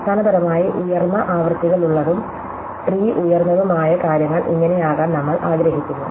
അടിസ്ഥാനപരമായി ഉയർന്ന ആവൃത്തികളുള്ളതും ട്രീ ഉയർന്നതുമായ കാര്യങ്ങൾ ഇങ്ങനെ ആകാൻ നമ്മൾ ആഗ്രഹിക്കുന്നു